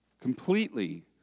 completely